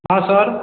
हँ सर